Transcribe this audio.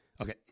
Okay